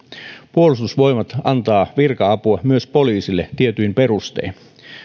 puolustusvoimat antaa virka apua myös poliisille tietyin perustein